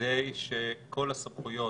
כדי שכל הסמכויות